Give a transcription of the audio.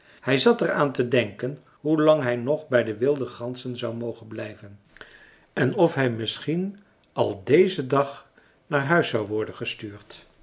hij zat er aan te denken hoe lang hij nog bij de wilde ganzen zou mogen blijven en of hij misschien al dezen dag naar huis zou worden gestuurd